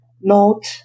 note